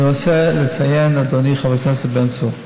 אני רוצה לציין, אדוני, חבר הכנסת בן צור,